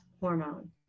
hormone